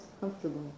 comfortable